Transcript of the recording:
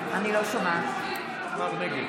נגד